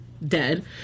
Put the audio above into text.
Dead